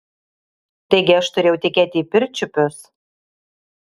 taigi aš turėjau tekėti į pirčiupius